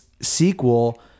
sequel